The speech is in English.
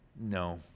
no